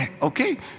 okay